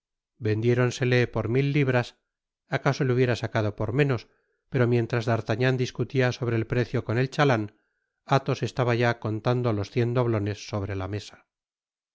alguno vendiéronsele por mil libras acaso le hubiera sacado por menos pero mientras d'artagnan discutia sobre el precio con el chalan athos estaba ya contandolos cien doblones sobre la mesa